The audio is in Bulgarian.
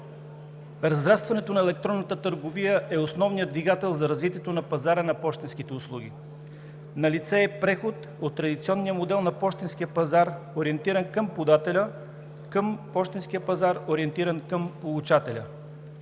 Разрастването на електронната търговия е основният двигател за развитието на пазара на пощенските услуги. Налице е преход от традиционния модел на пощенския пазар, ориентиран към подателя, към пощенския пазар, ориентиран към получателя.